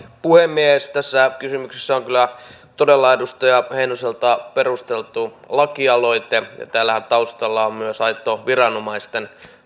puhemies tässä kysymyksessä on kyllä todella edustaja heinoselta perusteltu lakialoite täällähän taustalla on myös aito viranomaisten